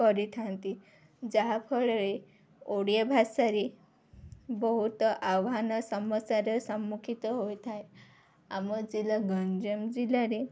କରିଥାନ୍ତି ଯାହାଫଳରେ ଓଡ଼ିଆ ଭାଷାରେ ବହୁତ ଆହ୍ୱାନ ସମସ୍ୟାର ସମ୍ମୁଖିନ ହୋଇଥାଏ ଆମ ଜିଲ୍ଲା ଗଞ୍ଜାମ ଜିଲ୍ଲାରେ